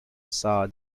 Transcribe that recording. saw